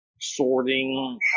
sorting